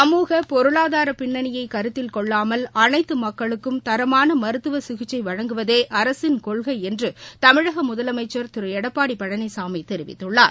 சமூக பொருளாதார பின்னளியை கருத்தில் கொள்ளாமல் அனைத்து மக்களுக்கும் தரமான மருத்து சிகிச்சை வழங்குவதே அரசின் கொள்கை என்று தமிழக முதலமைச்ச் எடப்பாடி பழனிசாமி தெரிவித்துள்ளார்